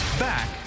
Back